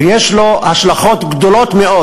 ויש לו השלכות גדולות מאוד.